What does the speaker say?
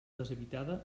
deshabitada